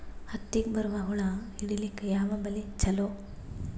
ಹತ್ತಿಗ ಬರುವ ಹುಳ ಹಿಡೀಲಿಕ ಯಾವ ಬಲಿ ಚಲೋ?